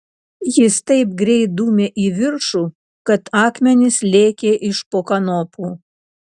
jis taip greit dūmė į viršų kad akmenys lėkė iš po kanopų